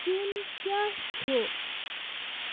سِیُن کیٛاہ چھُ ؟